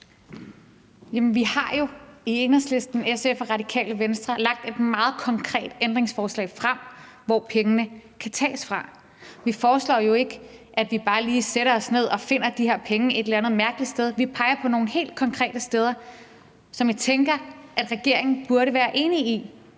Vi har jo i Enhedslisten, SF og Radikale Venstre lagt et meget konkret ændringsforslag frem om, hvor pengene kan tages fra. Vi foreslår jo ikke, at vi bare lige sætter os ned og finder de her penge et eller andet mærkeligt sted. Vi peger på nogle helt konkrete steder, som vi tænker regeringen burde være enig i,